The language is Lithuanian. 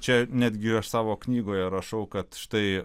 čia netgi aš savo knygoje rašau kad štai